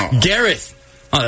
Gareth